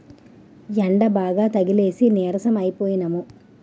యెండబాగా తగిలేసి నీరసం అయిపోనము